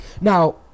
Now